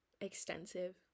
extensive